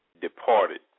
departed